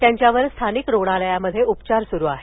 त्यांच्यावर स्थानिक रुग्णालयात उपचार सुरू आहेत